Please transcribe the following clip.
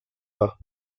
pas